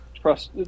trust